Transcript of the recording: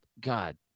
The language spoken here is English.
God